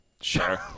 Sure